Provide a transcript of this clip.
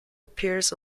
appears